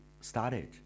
started